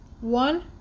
One